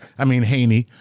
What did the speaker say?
i mean, haini,